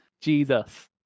Jesus